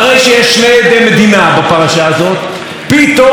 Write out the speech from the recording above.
פתאום באים ומעבירים את הסמכויות לשר קרא.